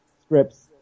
scripts